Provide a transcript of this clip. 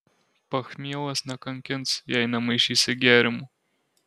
pachmielas nekankins jei nemaišysi gėrimų